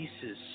pieces